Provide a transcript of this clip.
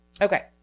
Okay